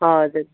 हजुर